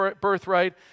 birthright